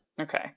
Okay